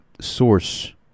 source